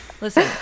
Listen